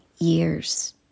years